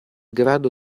grado